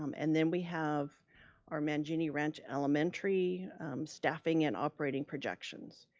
um and then we have our mangini ranch elementary staffing and operating projections.